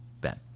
Ben